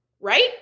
right